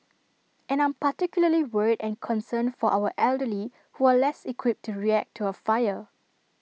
and I'm particularly worried and concerned for our elderly who are less equipped to react to A fire